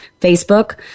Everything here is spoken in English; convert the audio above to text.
Facebook